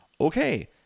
okay